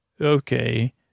Okay